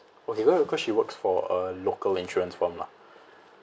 okay no no cause she works for a local insurance firm lah